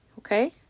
Okay